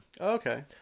Okay